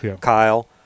Kyle